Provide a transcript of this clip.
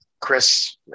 Chris